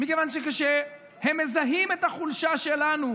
מכיוון שכשהם מזהים את החולשה שלנו,